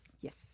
Yes